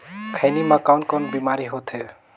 खैनी म कौन कौन बीमारी होथे?